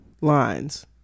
lines